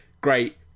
great